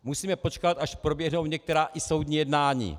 Musíme počkat, až proběhnou některá i soudní jednání.